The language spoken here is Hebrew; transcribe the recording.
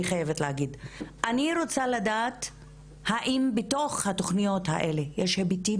אני רוצה לדעת האם בתוך התוכניות האלה יש היבטים